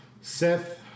Seth